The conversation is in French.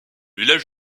village